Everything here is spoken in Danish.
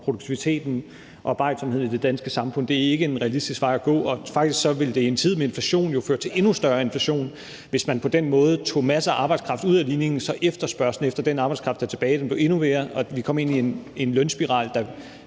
produktiviteten og arbejdsomheden i det danske samfund. Det er ikke en realistisk vej at gå. Og faktisk vil det i en tid med inflation jo føre til endnu større inflation, hvis man på den måde tager masser af arbejdskraft ud af ligningen, sådan at efterspørgslen efter den arbejdskraft, der er tilbage, vil blive endnu større, og vi kommer ind i en lønspiral, der